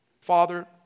Father